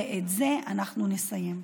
ואת זה אנחנו נסיים.